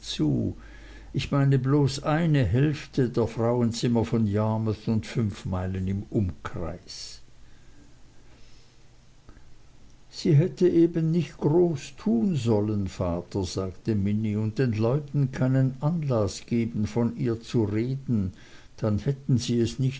ich meine bloß eine hälfte der frauenzimmer von yarmouth und fünf meilen im umkreis sie hätte eben nicht groß tun sollen vater sagte minnie und den leuten keinen anlaß geben von ihr zu reden dann hätten sie es nicht